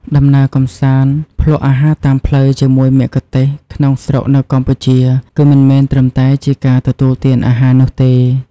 ដំណើរកម្សាន្តភ្លក្សអាហារតាមផ្លូវជាមួយមគ្គុទ្ទេសក៍ក្នុងស្រុកនៅកម្ពុជា គឺមិនមែនត្រឹមតែជាការទទួលទានអាហារនោះទេ